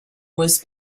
was